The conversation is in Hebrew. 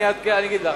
אני אגיד לך.